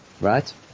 right